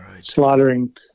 slaughtering